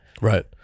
right